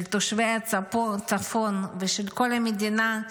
של תושבי הצפון ושל כל המדינה,